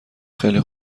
خیلی